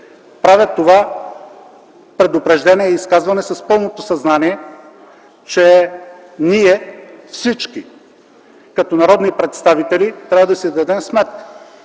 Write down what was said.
Правя това предупреждение и изказване с пълното съзнание, че всички ние като народни представители трябва да си дадем сметка,